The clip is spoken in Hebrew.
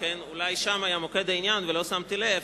שם היה מוקד העניין ולא שמתי לב,